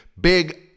big